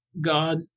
God